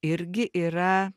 irgi yra